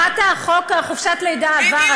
הארכת חוק חופשת הלידה עבר,